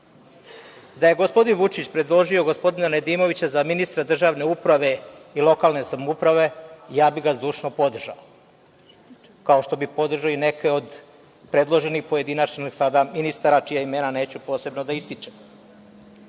Da je gospodin Vučić predložio gospodina Nedimovića za ministra državne uprave i lokalne samouprave, ja bih ga zdušno podržao, kao što bi podržao i neke od predloženih pojedinačno ministara čija imena neću posebno da ističem.